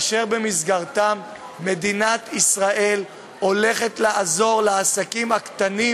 אשר במסגרתם מדינת ישראל הולכת לעזור לעסקים הקטנים